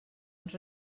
ens